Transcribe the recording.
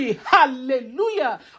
Hallelujah